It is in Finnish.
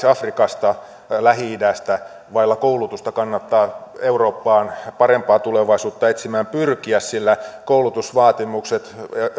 afrikasta lähi idästä vailla koulutusta kannattaa eurooppaan parempaa tulevaisuutta etsimään pyrkiä sillä koulutusvaatimukset